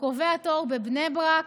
קובע תור בבני ברק,